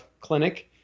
clinic